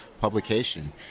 publication